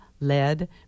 lead